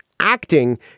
Acting